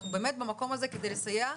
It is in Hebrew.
אנחנו באמת במקום הזה כדי לסייע,